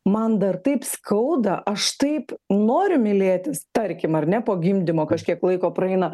man dar taip skauda aš taip noriu mylėtis tarkim ar ne po gimdymo kažkiek laiko praeina